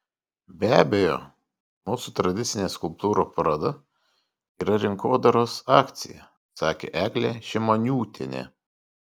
be abejo mūsų tradicinė skulptūrų paroda yra rinkodaros akcija sakė eglė šimoniūtienė